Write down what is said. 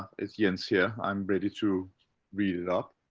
is jens here. i'm ready to read it up.